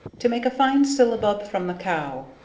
to make a fine syllabub from the cow.